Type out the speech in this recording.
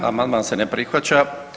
Amandman se ne prihvaća.